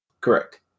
Correct